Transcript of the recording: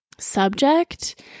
subject